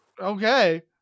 Okay